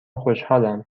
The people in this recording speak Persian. خوشحالم